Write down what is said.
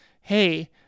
hey